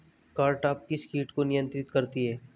Cartap किस किट को नियंत्रित करती है?